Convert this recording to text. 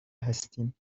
هستین